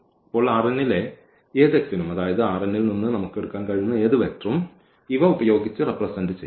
ഇപ്പോൾ ലെ ഏത് x നും അതായത് ൽ നിന്ന് നമുക്ക് എടുക്കാൻ കഴിയുന്ന ഏത് വെക്റ്ററും ഇവ ഉപയോഗിച്ച് റെപ്രെസെന്റ് ചെയ്യാൻ